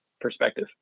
perspective